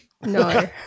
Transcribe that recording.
No